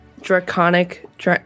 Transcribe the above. Draconic